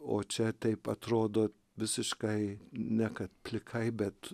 o čia taip atrodo visiškai ne kad plikai bet